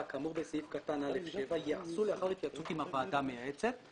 כאמור בסעיף קטן (א)(7) ייעשו לאחר התייעצות עם הוועדה המייעצת.